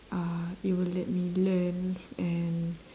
uh it would let me learn and